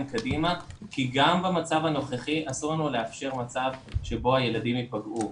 קדימה כי גם במצב הנוכחי אסור לנו לאפשר מצב בו הילדים ייפגעו.